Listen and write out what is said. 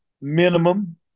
minimum